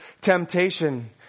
temptation